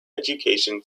education